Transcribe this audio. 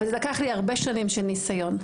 אבל לקח לי הרבה שנים של ניסיון.